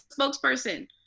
spokesperson